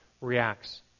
reacts